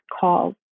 calls